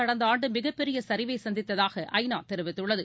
கடந்தஆண்டுமிகப் பெரியசரிவைசந்தித்ததாகஐநாதெரிவித்துள்ளது